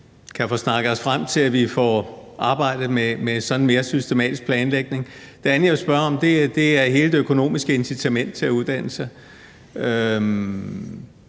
kan få snakket os frem til, at vi får arbejdet med mere systematisk planlægning. Det andet, jeg vil spørge om, er hele det økonomiske incitament til at uddanne sig.